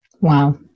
Wow